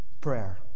Prayer